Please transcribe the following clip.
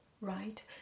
right